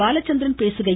பாலச்சந்திரன் பேசுகையில்